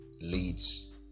leads